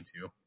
two